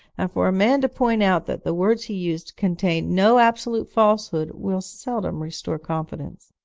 and for a man to point out that the words he used contained no absolute falsehood will seldom restore confidence.